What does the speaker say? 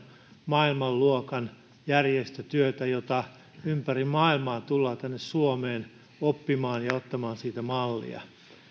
maailmanluokan järjestötyötä jota ympäri maailmaa tullaan tänne suomeen oppimaan ja ottamaan siitä mallia